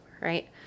right